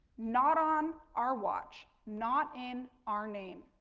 not on our watch. not in our name.